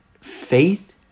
faith